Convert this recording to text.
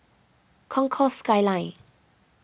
Concourse Skyline